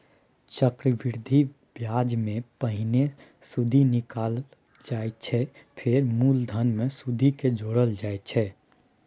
चक्रबृद्धि ब्याजमे पहिने सुदि निकालल जाइ छै फेर मुलधन मे सुदि केँ जोरल जाइ छै